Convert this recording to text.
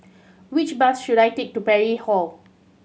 which bus should I take to Parry Hall